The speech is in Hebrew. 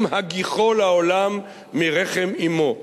עם הגיחו לעולם מרחם אמו.